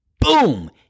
Boom